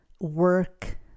work